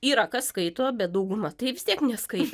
yra kas skaito bet dauguma tai vis tiek neskaito